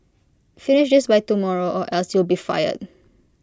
finish this by tomorrow or else you'll be fired